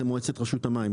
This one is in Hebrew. זה מועצת רשות המים,